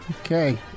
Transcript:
Okay